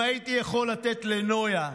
אם הייתי יכול לתת לנויה,